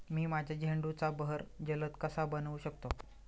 मी माझ्या झेंडूचा बहर जलद कसा बनवू शकतो?